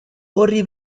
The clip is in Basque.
orri